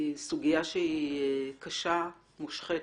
סוגיה שהיא קשה, מושחתת,